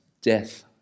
death